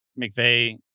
McVeigh